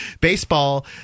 Baseball